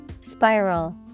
Spiral